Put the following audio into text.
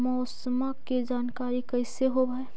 मौसमा के जानकारी कैसे होब है?